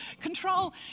control